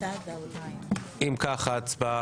הצבעה